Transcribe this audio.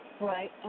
Right